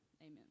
amen